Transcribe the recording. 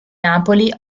napoli